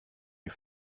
die